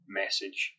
message